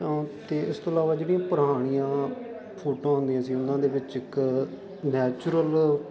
ਅਤੇ ਇਸ ਤੋਂ ਇਲਾਵਾ ਜਿਹੜੀਆਂ ਪੁਰਾਣੀਆਂ ਫੋਟੋਆਂ ਹੁੰਦੀਆਂ ਸੀ ਉਹਨਾਂ ਦੇ ਵਿੱਚ ਇੱਕ ਨੈਚੁਰਲ